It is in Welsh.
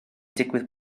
digwydd